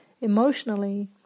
emotionally